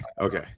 okay